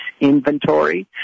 inventory